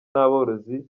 n’aborozi